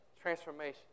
transformation